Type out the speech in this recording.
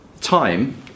time